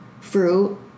fruit